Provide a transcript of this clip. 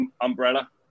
umbrella